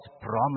promise